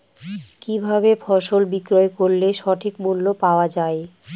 কি ভাবে ফসল বিক্রয় করলে সঠিক মূল্য পাওয়া য়ায়?